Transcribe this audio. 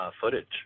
footage